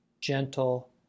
gentle